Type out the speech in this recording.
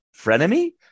frenemy